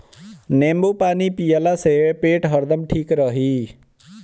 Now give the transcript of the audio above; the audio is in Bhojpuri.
नेबू पानी पियला से पेट हरदम ठीक रही